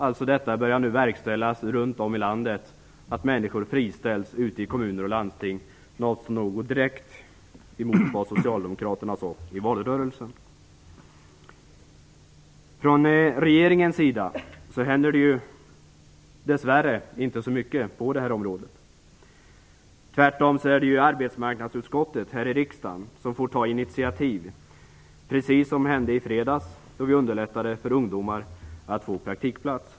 Runt om i landet börjar detta nu verkställas, att människor friställs i kommuner och landsting - något som är direkt mot vad Socialdemokraterna sade i valrörelsen. Från regeringens sida händer det dess värre inte så mycket på det här området. Tvärtom är det arbetsmarknadsutskottet här i riksdagen som får ta initiativ, precis som hände i fredags, då vi underlättade för ungdomar att få praktikplats.